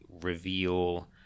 reveal